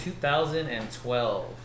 2012